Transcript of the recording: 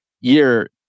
year